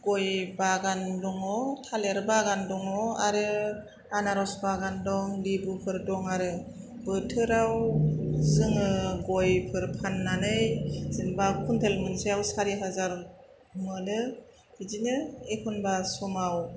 गय बागान दङ थालिर बागान दङ आरो आनारस बागान दं लिबुफोर दं आरो बोथोराव जोङो गयफोर फाननानै जेनबा खुन्थेल मोनसेआव सारि हाजार मोनो बिदिनो एखनबा समाव